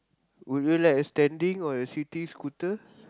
would you like standing or sitting scooter